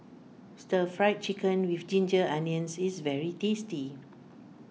Stir Fried Chicken with Ginger Onions is very tasty